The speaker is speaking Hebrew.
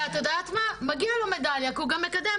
ואת יודעת מה, מגיעה לו מדליה כי הוא גם מקדם.